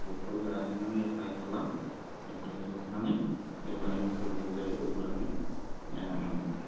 बेफोराव जाहाथे नों एप्लाइ खालाम एप्लाइ खालामनानै जेब्ला इन्टारभिउ जायो अब्ला